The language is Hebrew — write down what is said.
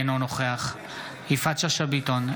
אינו נוכח יפעת שאשא ביטון,